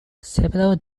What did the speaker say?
several